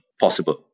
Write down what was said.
possible